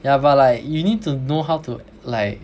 ya but like you need to know how to like